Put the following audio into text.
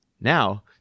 Now